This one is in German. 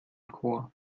chor